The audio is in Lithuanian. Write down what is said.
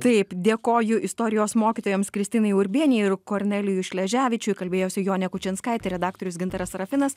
taip dėkoju istorijos mokytojams kristinai urbienei ir kornelijui šleževičiui kalbėjosi jonė kučinskaitė redaktorius gintaras serafinas